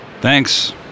Thanks